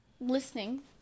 listening